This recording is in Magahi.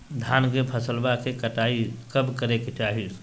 धान के फसलवा के कटाईया कब करे के चाही?